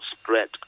spread